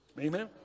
Amen